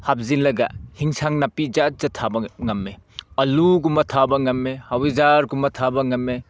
ꯍꯥꯞꯆꯤꯜꯂꯒ ꯑꯦꯟꯁꯥꯡ ꯅꯥꯄꯤ ꯖꯥꯠ ꯖꯥꯠ ꯊꯥꯕ ꯉꯝꯃꯦ ꯑꯥꯜꯂꯨꯒꯨꯝꯕ ꯊꯥꯕ ꯉꯝꯃꯦ ꯍꯋꯥꯏꯖꯥꯔꯒꯨꯝꯕ ꯊꯥꯕ ꯉꯝꯃꯦ